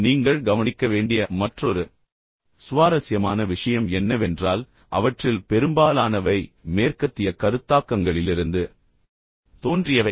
நீங்கள் கவனிக்க வேண்டிய மற்றொரு சுவாரஸ்யமான விஷயம் என்னவென்றால் அவற்றில் பெரும்பாலானவை மேற்கத்திய கருத்தாக்கங்களிலிருந்து தோன்றியவை